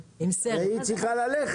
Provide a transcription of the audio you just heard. מה נעשה?